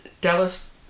Dallas